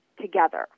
together